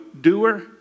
doer